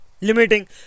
limiting